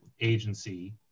agency